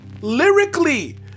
Lyrically